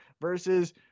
versus